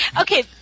Okay